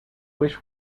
wish